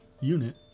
unit